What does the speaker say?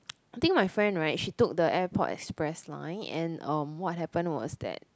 I think my friend right she took the airport express line and um what happened was that